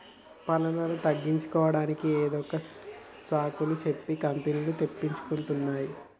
పన్నులను తగ్గించుకోడానికి ఏదొక సాకులు సెప్పి కంపెనీలు తప్పించుకుంటున్నాయ్